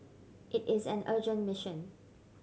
it is an urgent mission